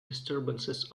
disturbances